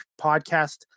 podcast